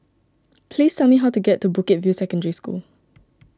please tell me how to get to Bukit View Secondary School